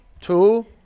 Two